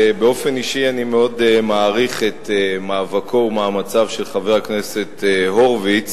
באופן אישי אני מאוד מעריך את מאבקו ומאמציו של חבר הכנסת הורוביץ